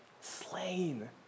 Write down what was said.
slain